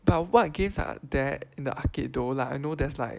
but what games are there in the arcade though like I know there's like